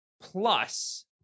plus